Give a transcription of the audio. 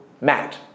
Matt